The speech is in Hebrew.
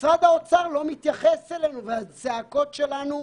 משרד האוצר לא מתייחס אלינו ולצעקות שלנו.